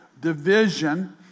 division